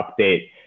update